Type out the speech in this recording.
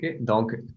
donc